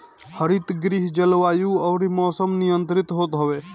हरितगृह जलवायु अउरी मौसम नियंत्रित होत हवे